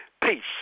Peace